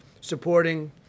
supporting